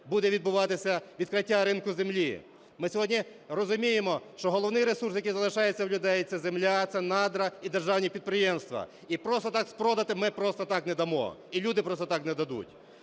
буде відбуватися відкриття ринку землі. Ми сьогодні розуміємо, що головний ресурс, який залишається у людей, – це земля, це надра і державні підприємства. І просто так спродати ми просто так не дамо і люди просто так не дадуть.